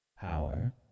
Power